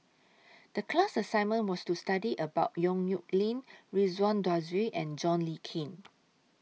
The class assignment was to study about Yong Nyuk Lin Ridzwan Dzafir and John Le Cain